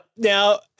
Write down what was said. Now